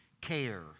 care